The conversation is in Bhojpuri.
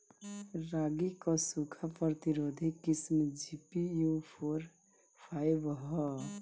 रागी क सूखा प्रतिरोधी किस्म जी.पी.यू फोर फाइव ह?